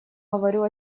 говорю